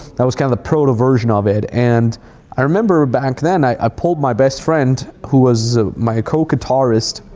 that was kind of the proto version of it. and i remember back then, i pulled my best friend who was my co-guitarist,